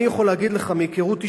אני יכול להגיד לך מהיכרות אישית,